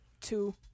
two